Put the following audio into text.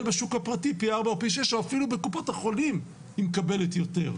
בשוק הפרטי פי ארבע או פי שש או אפילו בקופות החולים היא מקבלת יותר.